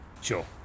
Sure